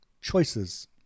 choices